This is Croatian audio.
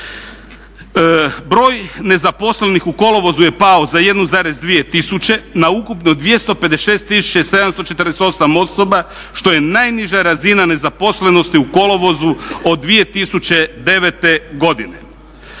Broj nezaposlenih u kolovozu je pao za 1,2 tisuće na ukupno 256748 osoba što je najniža razina nezaposlenosti u kolovozu od 2009. godine.